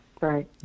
Right